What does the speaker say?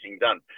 done